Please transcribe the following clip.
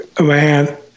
man